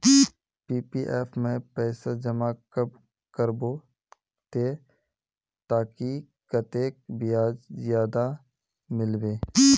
PPF में पैसा जमा कब करबो ते ताकि कतेक ब्याज ज्यादा मिलबे?